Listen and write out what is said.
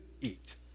eat